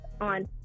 on